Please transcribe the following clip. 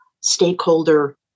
stakeholder